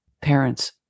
parents